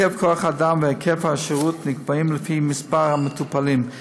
היקף כוח האדם והיקף השירות נקבעים לפי מספר המטופלים.